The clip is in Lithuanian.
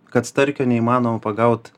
kad starkio neįmanoma pagaut